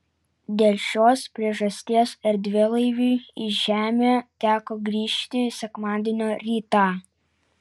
dėl šios priežasties erdvėlaiviui į žemę teko grįžti sekmadienio rytą